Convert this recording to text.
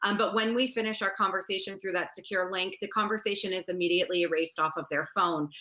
um but when we finish our conversation through that secure link, the conversation is immediately erased off of their phone.